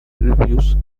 reviews